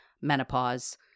menopause